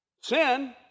Sin